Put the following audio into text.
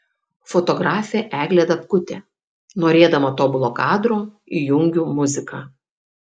fotografė eglė dabkutė norėdama tobulo kadro įjungiu muziką